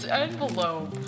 envelope